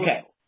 Okay